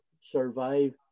survive